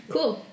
Cool